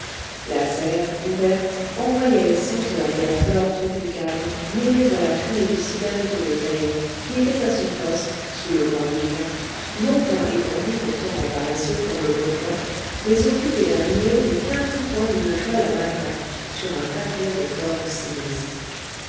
la serre ouverte envoyait les senteurs de la flore tropicale mêlées à la fumée du cigarrito de taïeh qui était à son poste sous le grand yucca non point étendu pourtant en paresseux comme l'autre fois mais occupé à nouer les quatre coins d'une toile à matelas sur un paquet de forme sinistre